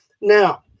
Now